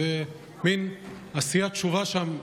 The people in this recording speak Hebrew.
מין עשיית תשובה שם,